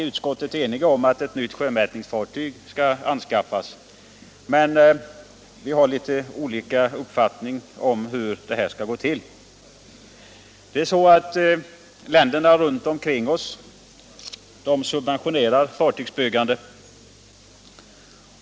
Utskottet är enigt om att ett nytt sjömätningsfartyg skall anskaffas, men vi har olika uppfattningar om hur det skall gå till. Länderna runt omkring oss subventionerar fartygsbyggande.